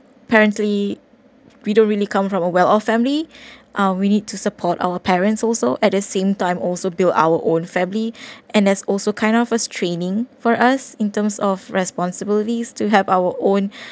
currently we don't really come from a well off family um we need to support our parents also at the same time also build our own family and as also kind of a training for us in terms of responsibilities to help our own